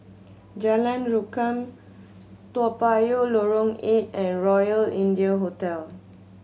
Jalan Rukam Toa Payoh Lorong Eight and Royal India Hotel